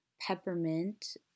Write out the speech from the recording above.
Peppermint